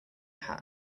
hat